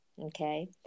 Okay